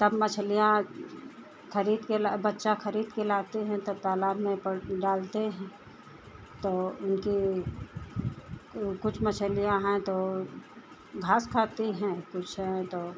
तब मछलियाँ खरीदकर ला बच्चा खरीदकर लाते हैं तब तालाब में पड़ डालते हैं तो उनकी कुछ मछलियाँ हैं तो घास खाती हैं कुछ तो